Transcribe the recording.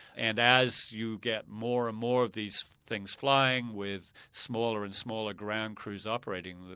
and as you get more and more of these things flying with smaller and smaller ground crews operating them,